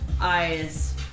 eyes